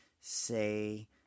say